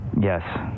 Yes